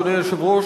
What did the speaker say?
אדוני היושב-ראש,